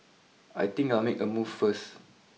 I think I'll make a move first